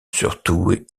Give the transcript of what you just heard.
surtout